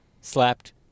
slapped